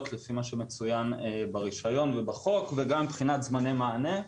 לפי מה שמצוין ברישיון ובחוק וגם מבחינת זמני מענה.